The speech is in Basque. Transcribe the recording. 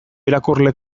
irakurle